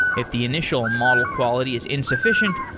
if the initial model quality is insufficient,